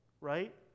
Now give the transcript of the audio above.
right